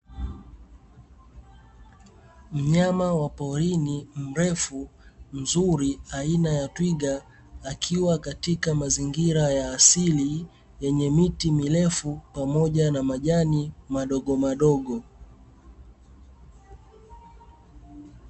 Mnyama wa porini, mrefu, mzuri aina ya Twiga, akiwa katika mazingira ya asili, yenye miti mirefu pamoja na majani madogomadogo.